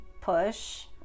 push